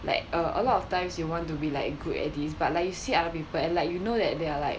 like uh a lot of times you want to be like good at this but like you see other people and like you know that they are like